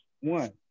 one